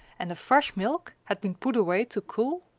and the fresh milk had been put away to cool,